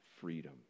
freedom